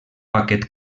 paquet